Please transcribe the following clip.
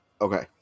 Okay